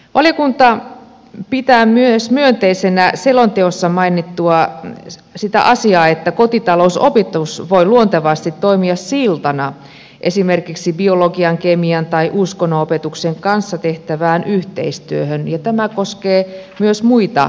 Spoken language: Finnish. valiokunta pitää myönteisenä myös sitä selonteossa mainittua asiaa että kotitalousopetus voi luontevasti toimia siltana esimerkiksi biologian kemian tai uskonnon opetuksen kanssa tehtävään yhteistyöhön ja tämä koskee myös muita oppiaineita